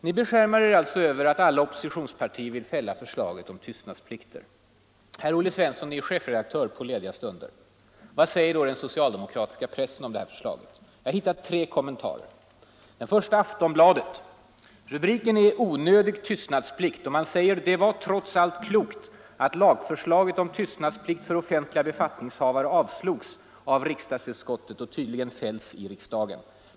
Ni beskärmar er alltså över att alla oppositionspartier vill fälla förslaget om tystnadsplikter. Olle Svensson är chefredaktör på lediga stunder. Vad säger då den socialdemokratiska pressen om det här förslaget? Jag har hittat tre kommentarer. Först Aftonbladet. Under rubriken ”Onödig tystnadsplikt” skriver man: ”Det var trots allt klokt att lagförslaget om tystnadsplikt för offentliga befattningshavare avslogs av riksdagsutskottet och tydligen fälls i riksdagen.